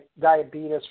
diabetes